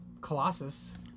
Colossus